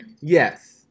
Yes